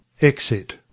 Exit